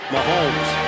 Mahomes